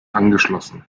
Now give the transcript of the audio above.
angeschlossen